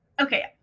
Okay